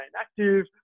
active